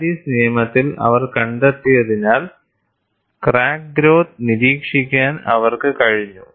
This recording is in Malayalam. പാരീസ് നിയമത്തിൽ അവർ കണ്ടെത്തിയതിനാൽ ക്രാക്ക് ഗ്രോത്ത് നിരീക്ഷിക്കാൻ അവർക്ക് കഴിഞ്ഞു